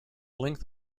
length